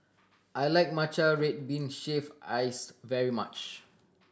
I like matcha red bean shaved ice very much